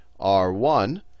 R1